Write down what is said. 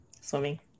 Swimming